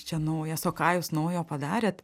čia naujas o ką jūs naujo padarėt